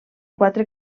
quatre